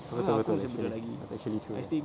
ah betul betul actually it's actually true ah